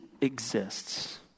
exists